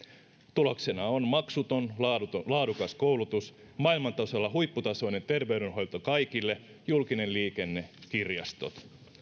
tuloksena on maksuton laadukas laadukas koulutus maailman tasolla huipputasoinen terveydenhoito kaikille julkinen liikenne kirjastot